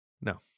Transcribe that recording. No